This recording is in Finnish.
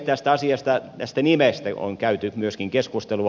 tästä nimestä on käyty myöskin keskustelua